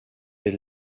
est